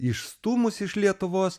išstūmus iš lietuvos